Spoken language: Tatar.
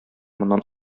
моннан